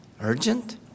urgent